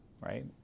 right